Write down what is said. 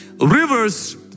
Rivers